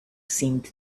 seemed